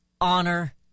honor